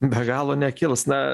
be galo nekils na